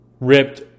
ripped